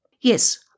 Yes